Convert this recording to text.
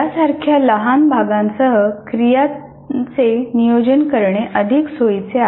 यासारख्या लहान भागा्ससह क्रियांचे नियोजन करणे अधिक सोयीचे आहे